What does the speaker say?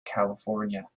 california